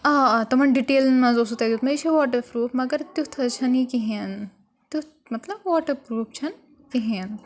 آ آ تمَن ڈِٹیلَن منٛز اوسوُ تۄہہِ دیُت مےٚ یہِ چھِ واٹَر پرٛوٗف مگر تیُتھ حظ چھَنہٕ یہِ کِہیٖنۍ تیُتھ مطلب واٹَر پرٛوٗپھ چھَنہٕ کِہیٖنۍ